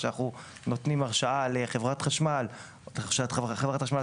בה אנחנו נותנים הרשאה לחברת חשמל,